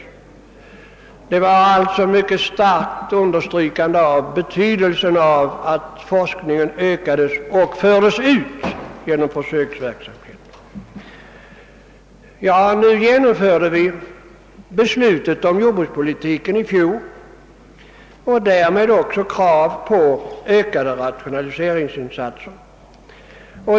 Utredningen underströk alltså mycket starkt betydelsen av att forskningen ökades och dess resultat fördes ut genom försöksverksamhet. Vi genomförde beslutet om jordbrukspolitiken i fjol. Därmed ställdes också krav på ökade rationaliseringsinsatser.